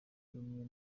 rumwe